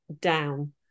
down